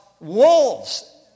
wolves